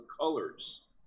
colors